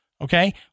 Okay